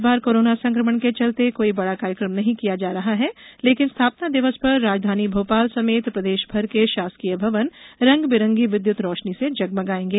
इस बार कोरोना संक्रमण के चलते कोई बड़ा कार्यक्रम नहीं किया जा रहा है लेकिन स्थापना दिवस पर राजधानी भोपाल समेत प्रदेशभर के शासकीय भवन रंग बिरंगी विद्युत रोशनी से जगमगायेंगे